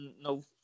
no